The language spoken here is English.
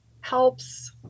helps